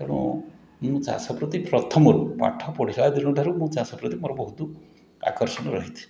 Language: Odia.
ତେଣୁ ମୁଁ ଚାଷପ୍ରତି ପ୍ରଥମରୁ ପାଠ ପଢ଼ିଲା ଦିନଠାରୁ ମୁଁ ଚାଷପ୍ରତି ମୋର ବହୁତ ଆକର୍ଷଣ ରହିଛି